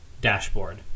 dashboard